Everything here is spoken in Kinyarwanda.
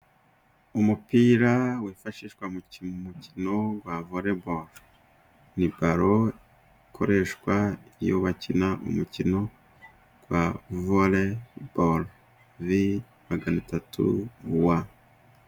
Umupira wifashishwa mu mukino voreboro. Ni baro ikoreshwa iyo bakina umukino wa voreboro vi magana atatu wa(V300W).